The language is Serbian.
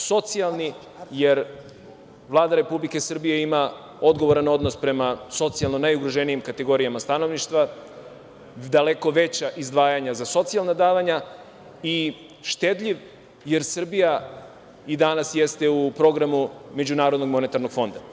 Socijalni je jer Vlada Republike Srbije ima odgovoran odnos prema socijalno najugroženijim kategorijama stanovništva, daleko veća izdvajanja za socijalna davanja i štedljiv jer Srbija i danas jeste u programu MMF-a.